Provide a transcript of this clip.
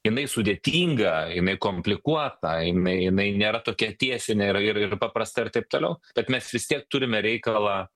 jinai sudėtinga jinai komplikuota jinai jinai nėra tokia tiesinė ir ir paprasta ir taip toliau bet mes vis tiek turime reikalą